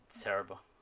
terrible